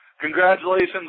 congratulations